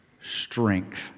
strength